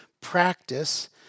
practice